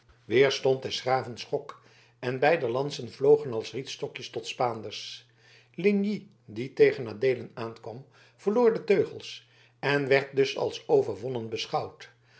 dusmer weerstond des graven schok en beider lansen vlogen als rietstokjes tot spaanders ligny die tegen adeelen aankwam verloor de teugels en werd dus als overwonnen beschouwd